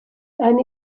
eine